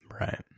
Right